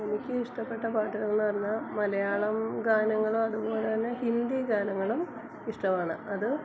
എനിക്ക് ഇഷ്ടപ്പെട്ട പാട്ടുകൾ എന്ന് പറഞ്ഞാൽ മലയാളം ഗാനങ്ങളും അത് പോലെ തന്നെ ഹിന്ദി ഗാനങ്ങളും ഇഷ്ടമാണ് അത്